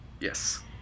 Yes